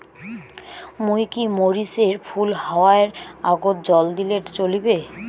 মুই কি মরিচ এর ফুল হাওয়ার আগত জল দিলে চলবে?